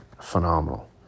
phenomenal